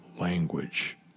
language